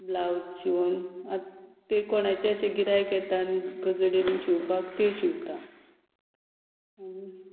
blouse शिवोन आतां तें कोणाचे अशें गिराय घेता आनी गजाली बी शिवपाक त्यो शिंवता आनी